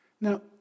Now